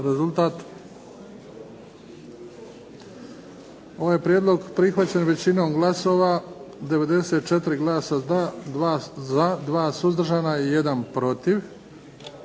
Ovaj prijedlog prihvaćen je većinom glasova, 94 glasa za, 2 suzdržana i 1 protiv.